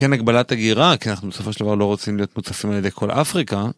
כן, הגבלת הגירה, כי אנחנו בסופו של דבר לא רוצים להיות מוצפים על ידי כל אפריקה.